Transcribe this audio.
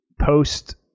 post